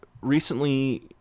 recently